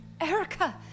Erica